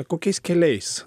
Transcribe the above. kokiais keliais